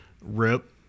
Rip